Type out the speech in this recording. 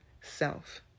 self